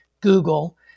Google